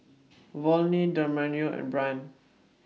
Volney Damarion and Brynn